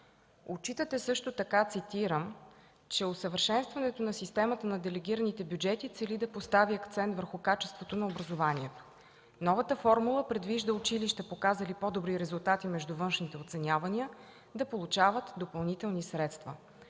Отчитате също така, цитирам: „Усъвършенстването на системата на делегираните бюджети цели да постави акцент върху качеството на образованието. Новата формула предвижда училища, показали по-добри резултати между външните оценявания, да получават допълнителни средства”